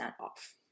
off